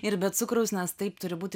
ir be cukraus nes taip turi būti